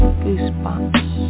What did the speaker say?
goosebumps